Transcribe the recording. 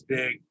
big